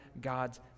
God's